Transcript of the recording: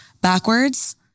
backwards